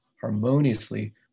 harmoniously